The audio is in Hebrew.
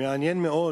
מעניין מאוד,